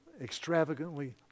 extravagantly